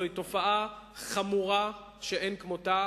זאת תופעה חמורה שאין כמותה,